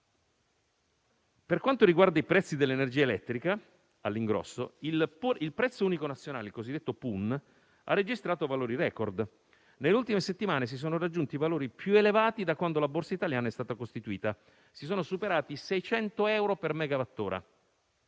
Per quanto riguarda i prezzi dell'energia elettrica all'ingrosso, il prezzo unico nazionale (PUN) ha registrato valori *record*. Nelle ultime settimane si sono raggiunti i valori più elevati da quando la Borsa italiana è stata costituita: si sono superati i 600 euro al megawattora.